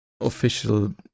official